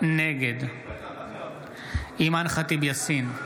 נגד אימאן ח'טיב יאסין,